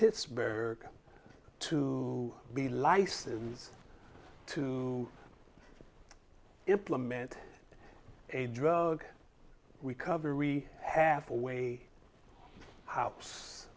pittsburgh to be licensed to implement a drug recovery half a way house